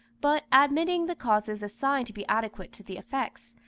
but admitting the causes assigned to be adequate to the effects,